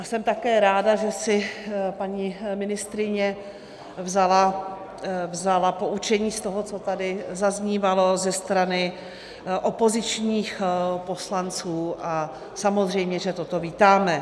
Jsem také ráda, že si paní ministryně vzala poučení z toho, co tady zaznívalo ze strany opozičních poslanců, a samozřejmě že toto vítáme.